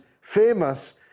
famous